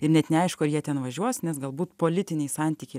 ir net neaišku ar jie ten važiuos nes galbūt politiniai santykiai